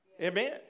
Amen